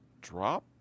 drop